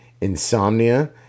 insomnia